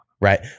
right